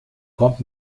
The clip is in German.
kommt